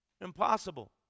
Impossible